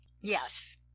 Yes